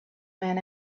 man